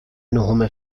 نهم